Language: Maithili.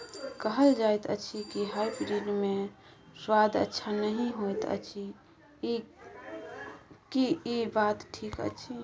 कहल जायत अछि की हाइब्रिड मे स्वाद अच्छा नही होयत अछि, की इ बात ठीक अछि?